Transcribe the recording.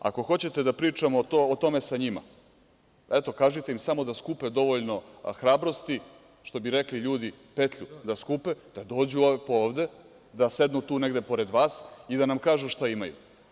Ako hoćete da pričate o tome sa njima, eto, kažite im samo da skupe dovoljno hrabrosti, što bi rekli ljudi, petlju da skupe, da dođu lepo ovde, da sednu tu pored vas i da nam kažu šta imaju.